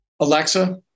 Alexa